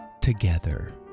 together